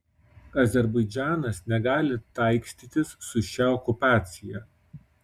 azerbaidžanas negali taikstytis su šia okupacija